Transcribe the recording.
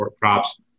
props